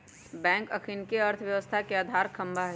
bank अखनिके अर्थव्यवस्था के अधार ख़म्हा हइ